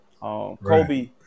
Kobe